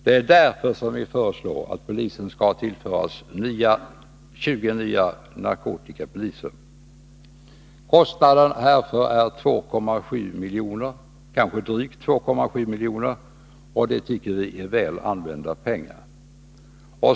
Det är därför som vi föreslår att polisen skall tillföras 20 nya narkotikapoliser. Kostnaden härför är 2,7 milj.kr. — kanske något drygt — och det tycker vi är väl använda pengar.